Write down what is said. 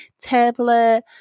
tablet